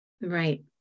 Right